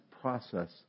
process